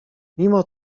mimo